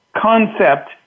concept